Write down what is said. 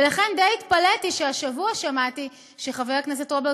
ולכן די התפלאתי כשהשבוע שמעתי כשחבר הכנסת רוברט